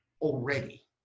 already